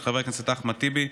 של חבר הכנסת אחמד טיבי,